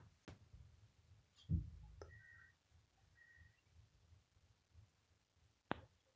हम बैंक में खाता से मोबाईल नंबर कैसे जोड़ रोपबै?